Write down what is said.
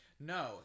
No